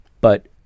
But-